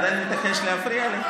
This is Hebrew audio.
אתה עדיין מתעקש להפריע לי?